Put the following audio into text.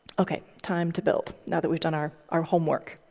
ok, time to build, now that we've done our our homework.